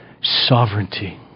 sovereignty